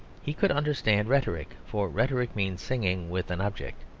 he could understand rhetoric for rhetoric means singing with an object.